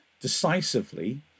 decisively